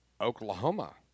Oklahoma